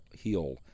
heal